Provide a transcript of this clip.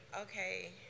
Okay